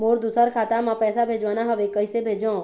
मोर दुसर खाता मा पैसा भेजवाना हवे, कइसे भेजों?